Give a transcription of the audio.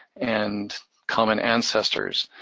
and common ancestors.